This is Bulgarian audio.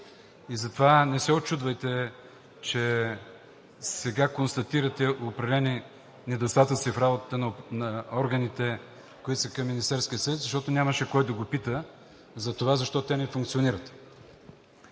Затова не се учудвайте, че сега констатирате определени недостатъци в работата на органите, които са към Министерския съвет, защото нямаше кой да го пита защо те не функционират.